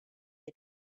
the